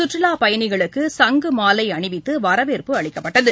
சுற்றுலாப் பயணிகளுக்கு சங்குமாலை அணிவித்து வரவேற்பு அளிக்கப்பட்டது